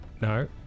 No